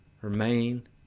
remain